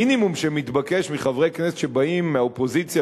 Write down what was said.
המינימום שמתבקש מחברי כנסת שבאים מהאופוזיציה